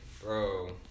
bro